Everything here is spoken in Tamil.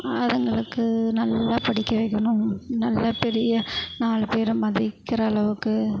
அதுங்களுக்கு நல்லா படிக்க வைக்கணும் நல்ல பெரிய நாலு பேரை மதிக்கிற அளவுக்கு